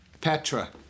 Petra